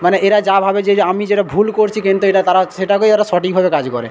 মানে এরা যা ভাবে যে যে আমি যেটা ভুল করছি কিন্তু এটা তারা সেটাকে তারা সঠিক ভেবে কাজ করে